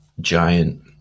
giant